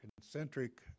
concentric